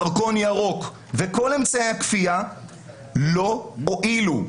דרכון ירוק וכל אמצעי הכפייה לא הועילו.